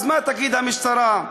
אז מה תגיד המשטרה?